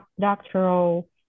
doctoral